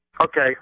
Okay